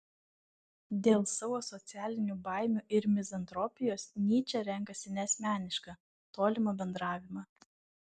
dėl savo socialinių baimių ir mizantropijos nyčė renkasi neasmenišką tolimą bendravimą